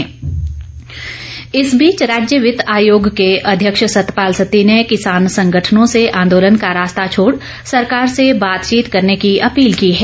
सत्ती इस बीच राज्य वित्त आयोग के अध्यक्ष सतपाल सत्ती ने किसान संगठनों से आंदोलन का रास्ता छोड़ सरकार से बातचीत करने की अपील की है